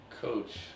coach